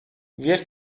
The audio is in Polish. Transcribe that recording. wiesz